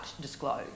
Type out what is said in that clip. disclose